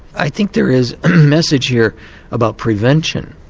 i think there is a message here about prevention.